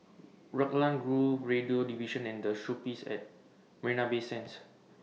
Raglan Grove Radio Division and The Shoppes At Marina Bay Sands